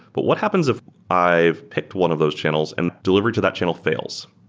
but what happens if i've picked one of those channels and deliver to that channel fails?